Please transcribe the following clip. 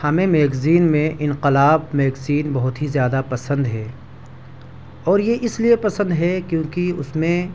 ہمیں میگزین میں انقلاب میگزین بہت ہی زیادہ پسند ہے اور یہ اس لیے پسند ہے کیونکہ اس میں